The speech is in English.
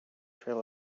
trail